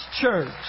church